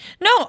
No